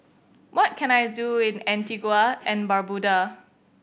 what can I do in Antigua and Barbuda